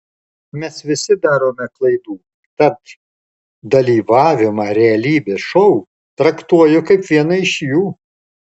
mes visi darome klaidų tad dalyvavimą realybės šou traktuoju kaip vieną iš jų